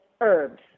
herbs